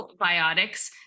probiotics